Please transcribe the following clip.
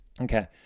Okay